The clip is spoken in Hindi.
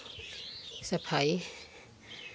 सफाई